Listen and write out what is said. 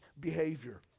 behavior